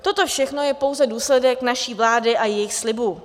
Toto všechno je pouze důsledek naší vlády a jejích slibů.